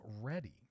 ready